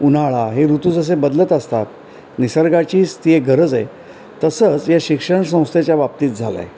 उन्हाळा हे ऋतू जसे बदलत असतात निसर्गाचीच ती एक गरज आहे तसंच या शिक्षण संस्थेच्या बाबतीत झालं आहे